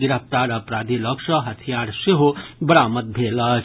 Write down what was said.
गिरफ्तार अपराधी लऽग सँ हथियार सेहो बरामद भेल अछि